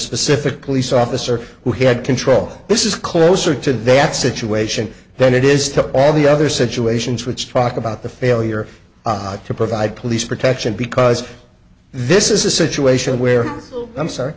specific police officer who had control this is closer to that situation than it is to all the other situations which talk about the failure to provide police protection because this is a situation where